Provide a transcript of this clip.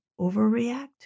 overreact